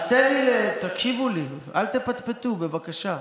אז תקשיבו לי, אל תפטפטו, בבקשה.